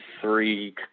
three